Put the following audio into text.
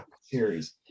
series